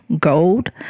gold